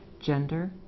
gender